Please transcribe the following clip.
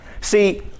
See